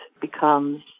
becomes